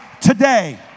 today